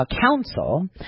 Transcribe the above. council